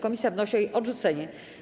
Komisja wnosi o jej odrzucenie.